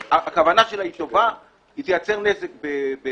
הכוונה שלה היא טובה, אבל היא תייצר נזק בדיעבד.